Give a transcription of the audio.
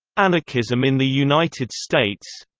anarchism in the united states